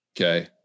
Okay